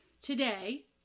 today